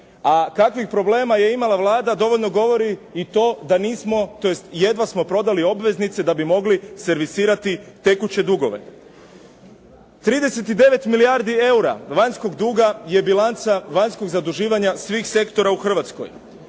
A kakvih problema je imala Vlada dovoljno govori i to da nismo tj. jedva smo prodali obveznice da bi mogli servisirati tekuće dugove. 39 milijardi eura vanjskog duga je bilanca vanjskog zaduživanja svih sektora u Hrvatskoj.